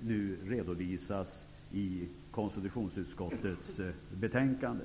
nu redovisas i konstitutionsutskottets betänkande.